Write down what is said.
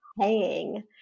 paying